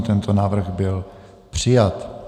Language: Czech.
Tento návrh byl přijat.